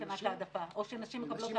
מבחינת העדפה, או שנשים מקבלות העדפה.